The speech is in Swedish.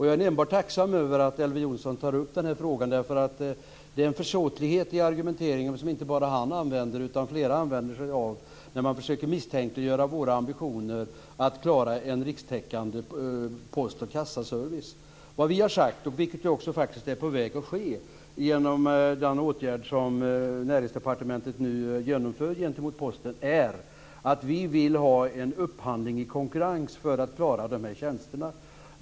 Jag är enbart tacksam för att Elver Jonsson tar upp den här frågan, därför att det är en försåtlighet i argumenteringen som inte bara han använder, utan som flera använder sig av när man försöker misstänkliggöra våra ambitioner att klara en rikstäckande post och kassaservice. Vad vi har sagt, vilket faktiskt också är på väg att ske genom den åtgärd som Näringsdepartementet nu genomför gentemot Posten, är att vi vill ha en upphandling i konkurrens för att klara de här tjänsterna.